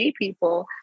people